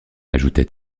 ajouta